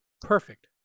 Perfect